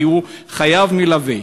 כי הוא חייב מלווה,